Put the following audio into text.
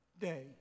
day